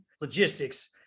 logistics